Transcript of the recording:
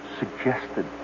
suggested